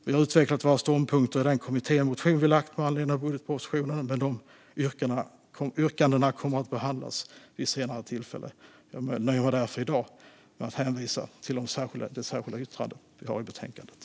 Vi har utvecklat våra ståndpunkter i den kommittémotion som vi har väckt med anledning av budgetpropositionen, men dessa yrkanden kommer att behandlas vid senare tillfälle. Jag nöjer mig därför i dag med att hänvisa till det särskilda yttrande som vi har i betänkandet.